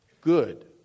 good